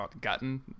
gotten